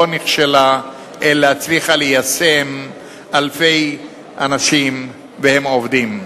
נכשלה אלא הצליחה ליישם אלפי אנשים והם עובדים.